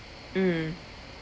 mm